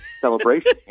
celebration